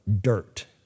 dirt